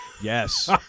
Yes